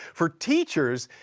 for teachers,